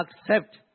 accept